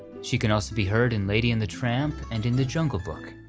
she can also be heard in lady and the tramp, and in the jungle book.